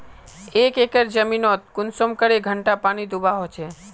एक एकर जमीन नोत कुंसम करे घंटा पानी दुबा होचए?